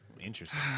Interesting